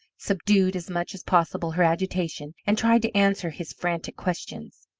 subdued as much as possible her agitation, and tried to answer his frantic questions.